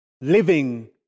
living